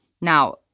Now